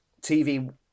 tv